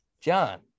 John